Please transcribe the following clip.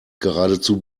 geradezu